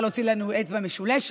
מותר להוציא לנו אצבע משולשת.